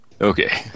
Okay